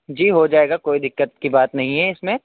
جی ہوجائے گا کوئی دقت کی بات نہیں ہے اس میں